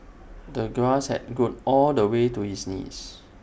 the grass had grown all the way to his knees